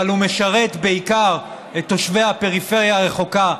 אבל הוא משרת בעיקר את תושבי הפריפריה הרחוקה,